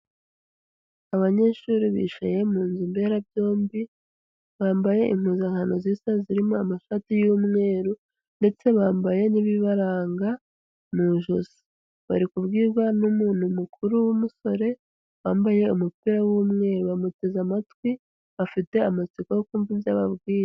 Abanyeshuri bicaye mu nzu mbera byombi, bambaye impuzano ziza zirimo amashati y'umweru ndetse bambaye n'ibibaranga mu ijosi. Bari kubwirwa n'umuntu mukuru w'umusore, wambaye umupira w'umweru, bamuteze amatwi, bafite amatsiko yo kumva ibyo ababwira.